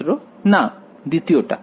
ছাত্র না দ্বিতীয়টা